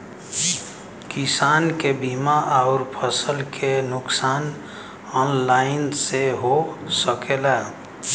किसान के बीमा अउर फसल के नुकसान ऑनलाइन से हो सकेला?